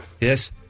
Yes